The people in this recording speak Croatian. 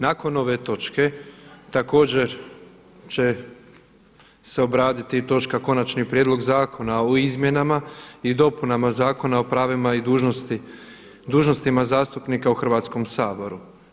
Nakon ove točke također će se obraditi točka Konačni prijedlog Zakona o izmjenama i dopunama Zakona o pravima i dužnostima zastupnika u Hrvatskom saboru.